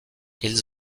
ils